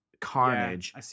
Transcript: carnage